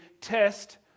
test